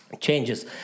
changes